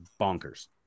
bonkers